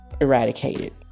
eradicated